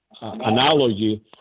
analogy